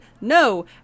no